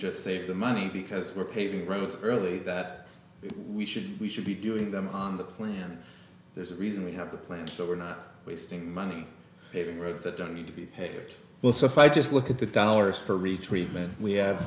just save the money because we're paving roads early that we should we should be doing them on the plan there's a reason we have the plan so we're not wasting money paving roads that don't need to be paid well so if i just look at the dollars for